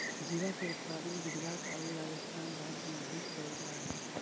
जीरा के उत्पादन गुजरात आउ राजस्थान राज्य में अधिक कैल जा हइ